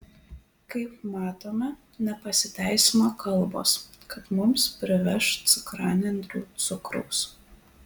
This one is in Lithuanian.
kaip matome nepasiteisino kalbos kad mums priveš cukranendrių cukraus